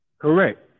Correct